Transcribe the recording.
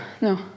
no